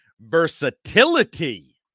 versatility